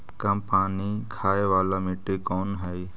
कम पानी खाय वाला मिट्टी कौन हइ?